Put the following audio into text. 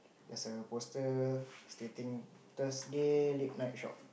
there's a poster stating Thursday late night shop